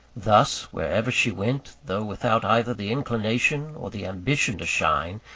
thus, wherever she went, though without either the inclination, or the ambition to shine,